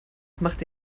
machte